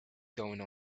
going